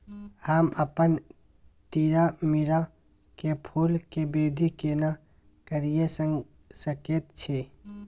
हम अपन तीरामीरा के फूल के वृद्धि केना करिये सकेत छी?